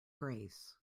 grace